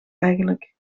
eigenlijk